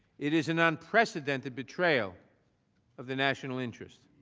it is an unprecedented betrayal of the national interest.